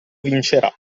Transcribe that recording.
vincerà